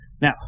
Now